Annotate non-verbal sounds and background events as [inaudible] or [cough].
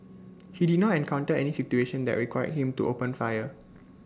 [noise] he did not encounter any situation that required him to open fire